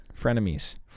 Frenemies